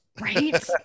Right